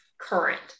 current